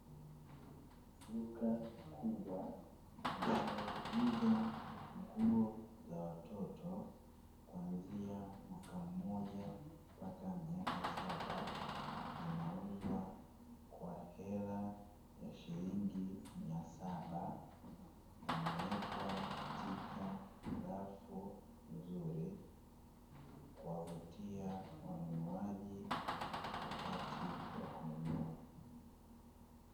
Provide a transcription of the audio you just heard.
Duka kubwa linalouza nguo za watoto kuanzia mwaka mmoja mpaka miaka saba, zinauzwa kwa hela ya shilingi mia saba, yamewekwa katika rafu nzuri kuwavutia wanunuaji wakati wa kununua.